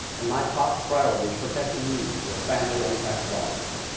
and my top priority is protecting you, your family and tax dollars.